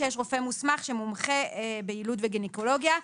שיש רופא מוסמך שמומחה ביילוד ובגניקולוגיה.